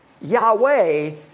Yahweh